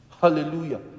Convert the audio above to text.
Hallelujah